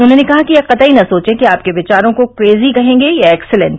उन्हॉने कहा कि यह कत्तई न सोचे कि आपके विचारो को क्रेजी कहॅगे या एक्सीलेंट